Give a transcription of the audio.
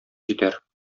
җитәр